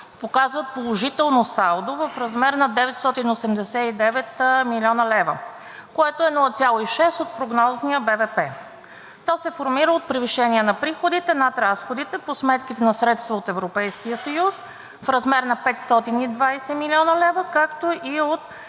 показват положително салдо в размер на 989 млн. лв., което е 0,6 от прогнозния БВП. То се формира от превишение на приходите над разходите по сметките на средства от Европейския съюз в размер на 520 млн. лв., както и от